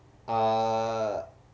uh